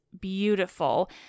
beautiful